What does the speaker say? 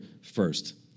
first